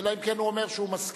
אלא אם כן הוא אומר שהוא מסכים.